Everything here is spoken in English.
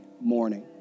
morning